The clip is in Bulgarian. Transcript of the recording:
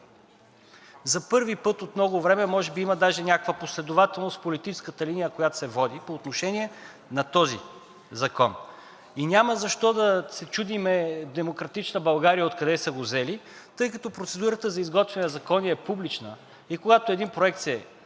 За първи път от много време може би даже има някаква последователност в политическата линия, която се води по отношение на този закон. И няма защо да се чудим „Демократична България“ откъде са го взели, тъй като процедурата за изготвяне на закони е публична и когато един проект се